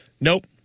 Nope